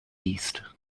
east